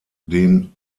den